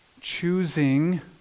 choosing